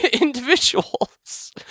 individuals